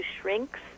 shrinks